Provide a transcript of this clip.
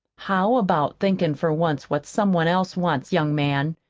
how about thinkin' for once what somebody else wants, young man?